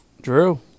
Drew